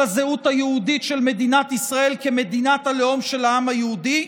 על הזהות היהודית של מדינת ישראל כמדינת הלאום של העם היהודי,